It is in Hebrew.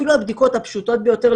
אפילו של הבדיקות הפשוטות ביותר,